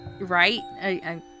right